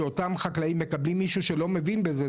שאותם חקלאים מקבלים מישהו שלא מבין בזה,